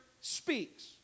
speaks